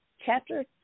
chapter